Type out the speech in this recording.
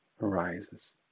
arises